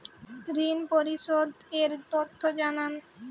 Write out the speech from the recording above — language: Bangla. ঋন পরিশোধ এর তথ্য জানান